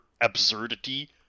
absurdity